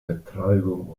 vertreibung